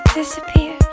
disappear